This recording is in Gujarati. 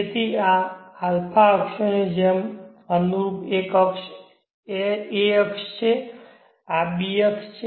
તેથી આ α અક્ષોની અનુરૂપ એક a અક્ષ છે આ b અક્ષ છે આ c અક્ષ છે